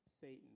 Satan